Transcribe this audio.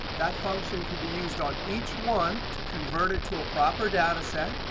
that function can be used on each one to convert it to a proper data set.